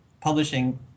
publishing